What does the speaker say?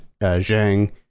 Zhang